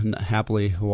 happily